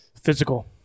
Physical